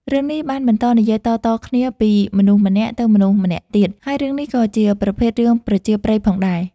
រឿងនេះបានបន្តនិយាយតៗគ្នាពីមនុស្សម្នាក់ទៅមនុស្សម្នាក់ទៀត ហើយរឿងនេះក៏ជាប្រភេទរឿងប្រជាប្រិយផងដែរ។